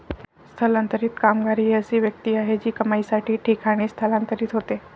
स्थलांतरित कामगार ही अशी व्यक्ती आहे जी कमाईसाठी ठिकाणी स्थलांतरित होते